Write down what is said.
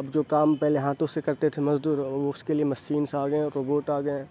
اب جو کام پہلے ہاتھوں سے کرتے تھے مزدور اب اس کے لیے مسینس آ گئے ہیں روبوٹ آ گئے